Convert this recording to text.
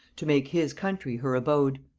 to make his country her abode.